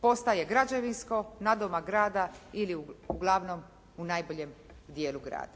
postaje građevinsko nadomak grada ili uglavnom u najboljem dijelu grada.